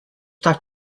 that